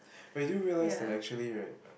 I do realise that actually right